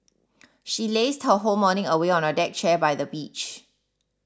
she lazed her whole morning away on a deck chair by the beach